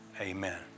Amen